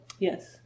Yes